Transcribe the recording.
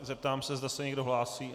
Zeptám se, zda se někdo hlásí.